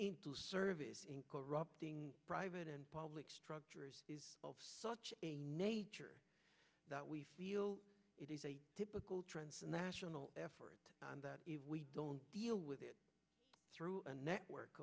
can service in corrupting private and public structures is such a nature that we feel it is a typical transnational effort and that if we don't deal with it through a network